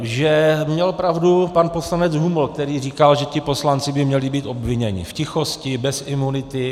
Že měl pravdu pan poslanec Huml, který říkal, že ti poslanci by měli být obviněni v tichosti, bez imunity.